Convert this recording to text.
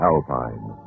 Alpine